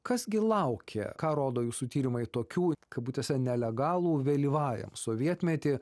kas gi laukia ką rodo jūsų tyrimai tokių kabutėse nelegalų vėlyvajam sovietmety